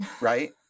right